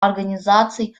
организации